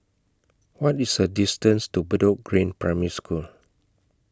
What IS The distance to Bedok Green Primary School